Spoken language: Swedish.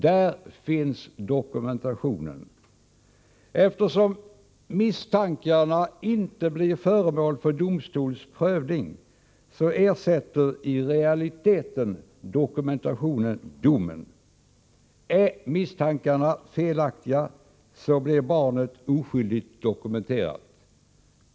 Där finns också dokumentationen. Eftersom misstankarna inte blir föremål för domstols prövning, ersätter i realiteten dokumentationen domen. Är misstankarna felaktiga, blir barnet oskyldigt dokumenterat.